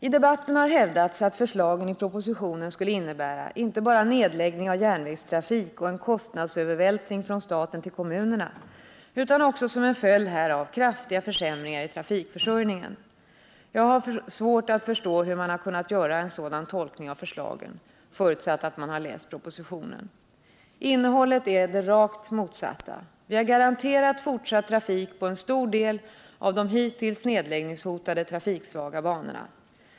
I debatten har hävdats att förslagen i propositionen skulle innebära inte bara nedläggning av järnvägstrafik och en kostnadsövervältring från staten till kommunerna utan också som en följd härav kraftiga försämringar i trafikförsörjningen. Jag har svårt att förstå hur man har kunnat göra en sådan tolkning av förslagen, förutsatt att man har läst propositionen. Innehållet är det rakt motsatta. Vi har garanterat fortsatt trafik på en stor del av de hittills nedläggningshotade trafiksvaga banorna.